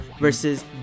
versus